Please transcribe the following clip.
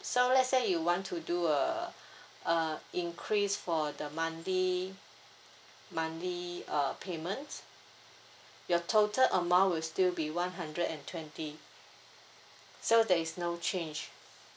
so let's say you want to do uh uh increase for the monthly monthly uh payment your total amount will still be one hundred and twenty so there is no change